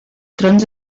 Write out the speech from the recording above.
trons